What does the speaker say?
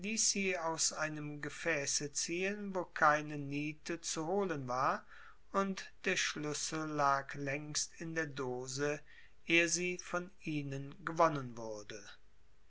aus einem gefäße ziehen wo keine niete zu holen war und der schlüssel lag längst in der dose eh sie von ihnen gewonnen wurde